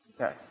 Okay